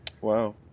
Wow